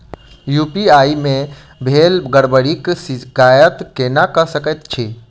UPI मे भेल गड़बड़ीक शिकायत केना कऽ सकैत छी?